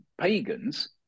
pagans